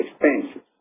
expenses